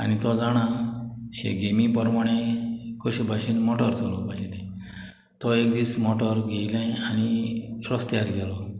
आनी तो जाणा हे गेमी पोरमोणें कोश भाशेन मोटार चलोवपाचें तो एक दीस मोटोर घेयलें आनी रोस्त्यार गेलो